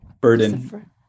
Burden